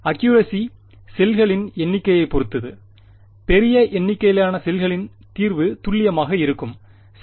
accuracy செல்களின் எண்ணிக்கையைப் பொறுத்தது பெரிய எண்ணிக்கையிலான செல்கலின் தீர்வு துல்லியமாக இருக்கும் சரி